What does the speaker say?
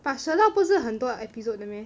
but Sherlock 不是很多 episodes 的 meh